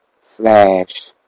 slash